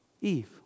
Eve